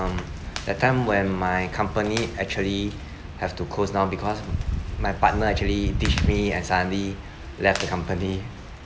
um that time when my company actually have to closed down because my partner ditched ditch me and suddenly left the company